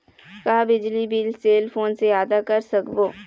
का बिजली bill cell phone से आदा कर सकबो?